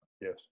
Yes